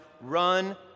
Run